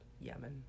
Yemen